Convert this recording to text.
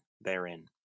therein